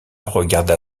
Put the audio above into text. regarda